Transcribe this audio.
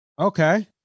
Okay